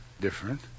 Different